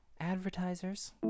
advertisers